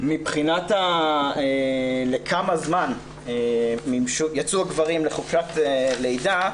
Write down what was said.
מבחינת השאלה לכמה זמן יצאו הגברים לחופשת לידה,